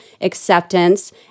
acceptance